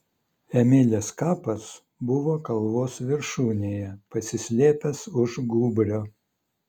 emilės kapas buvo kalvos viršūnėje pasislėpęs už gūbrio